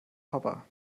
papa